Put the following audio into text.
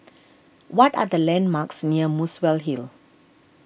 what are the landmarks near Muswell Hill